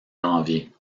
janvier